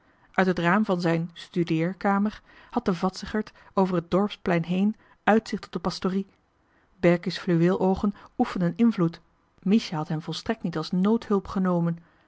uit het raam van zijn studeer kamer had de vadsigert over het dorpsplein heen uitzicht op de pastorie berkie's fluweeloogen oefenden invloed mies had hem volstrekt niet als noodhulp genomen